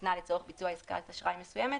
ניתנה לצורך ביצוע עסקת אשראי מסוימת.